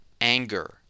anger